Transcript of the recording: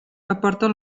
aporten